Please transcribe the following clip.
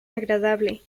agradable